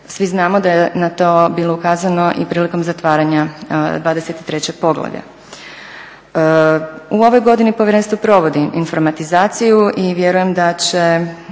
Svi znamo da je na to bilo ukazano i prilikom zatvaranja 23. poglavlja. U ovoj godini povjerenstvo provodi informatizaciju i vjerujem da će